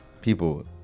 people